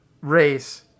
race